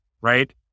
right